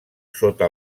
sota